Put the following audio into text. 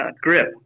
grip